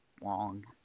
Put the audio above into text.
long